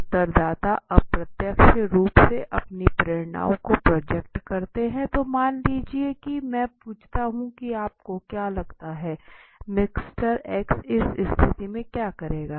उत्तरदाता अप्रत्यक्ष रूप से अपनी प्रेरणाओं को प्रोजेक्ट करते हैं तो मान लीजिए कि मैं पूछता हूँ की आपको क्या लगता है मिस्टर X इस स्थिति में क्या करेगा